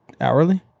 hourly